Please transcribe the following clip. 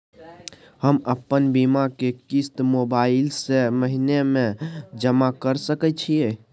हम अपन बीमा के किस्त मोबाईल से महीने में जमा कर सके छिए?